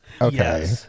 okay